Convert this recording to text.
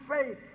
faith